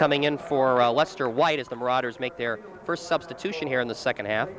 coming in for a lester white as the marauders make their first substitution here in the second half